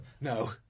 No